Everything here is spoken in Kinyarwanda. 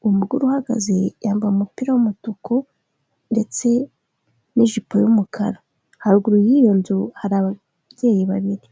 mu umugore uhagaze yambaye umupira w'umutuku ndetse n'ijipo y'umukara haruguru y'iyo nzu hari ababyeyi babiri.